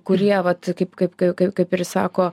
kurie vat kaip kaip kaip kaip ir sako